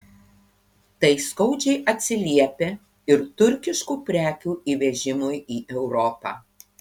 tai skaudžiai atsiliepia ir turkiškų prekių įvežimui į europą